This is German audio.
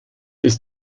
ist